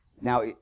Now